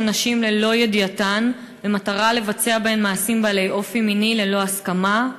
נשים ללא ידיעתן במטרה לבצע בהן מעשים בעלי אופי מיני ללא הסכמה,